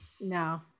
no